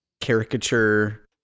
caricature